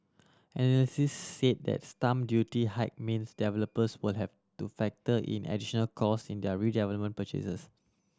analysts said the stamp duty hike means developers would have to factor in additional cost in their redevelopment purchases